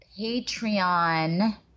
Patreon